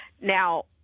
Now